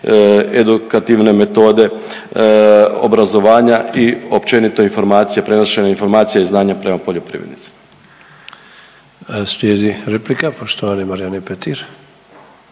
edukativne metode obrazovanja i općenito informacija, prenošenja informacija i znanja prema poljoprivrednicima. **Sanader, Ante (HDZ)** Slijedi replika, poštovane Marijane Petir.